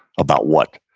about what?